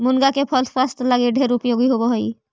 मुनगा के फल स्वास्थ्य लागी ढेर उपयोगी होब हई